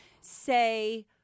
say